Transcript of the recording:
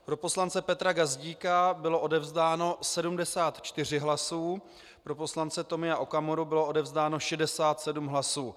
Pro poslance Petra Gazdíka bylo odevzdáno 74 hlasů, pro poslance Tomia Okamuru bylo odevzdáno 67 hlasů.